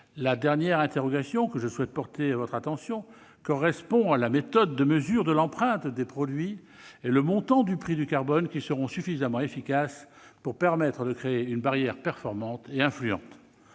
la dernière interrogation que je souhaite porter à votre attention, mes chers collègues, porte sur la méthode de mesure de l'empreinte des produits et sur le montant du prix du carbone qui seront suffisamment efficaces pour permettre de créer une barrière performante et influente.